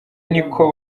niko